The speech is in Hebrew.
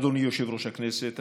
אדוני יושב-ראש הכנסת,